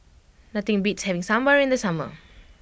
nothing beats having Sambar in the summer